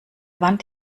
wand